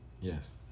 yes